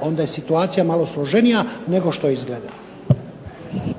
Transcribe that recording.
onda je situacija malo složenija nego što izgleda. **Bebić,